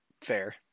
Fair